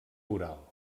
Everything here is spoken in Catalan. oral